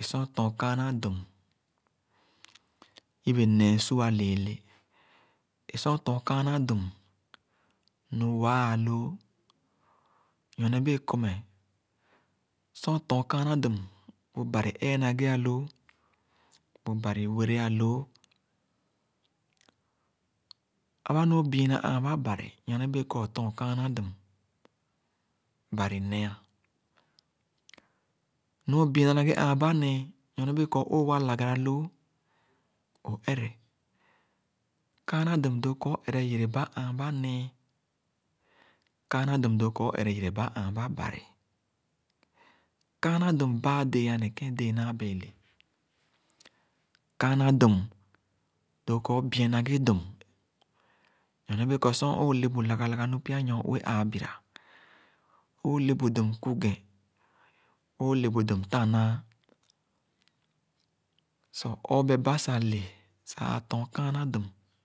Ē sor óton kāānà dum, yibe nēē su-a leele. É sor óton kāānà dum, nu-waa loo nyorne bēē kormeh, sor ō ton kāānā dum, bu Bari ēē na ghe ālōō, bu Bari were alōō Aba nu ō biina āānba Bari, nyorne bāā kor ōton kāānā dum, Bari ne-ah. Nu ōbiina na ghe āān ba nēē, nyorne bēē kor ōōwa lagara loo, ō-ēre Kāānā dum dōō kor ō ere yereba āān nēē. Kāānà dum doo kor ō ere yereba āān ba Bari. Kāānà dum bāā dēē ane kēn dēē naa bēē lè. Kāānà dum doo kor ō bien na ghe dum, nyorne bee kor sor ōōlebu lagāh lagāh nu pya nyor-ue āā bira, ōōlēbu dum ku̱ ghēn, ōōlebu dum tān-naa; sor ōō oobɛba sable sah tōn kāānà dum.